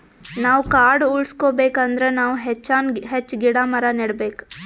ನಾವ್ ಕಾಡ್ ಉಳ್ಸ್ಕೊಬೇಕ್ ಅಂದ್ರ ನಾವ್ ಹೆಚ್ಚಾನ್ ಹೆಚ್ಚ್ ಗಿಡ ಮರ ನೆಡಬೇಕ್